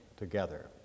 Together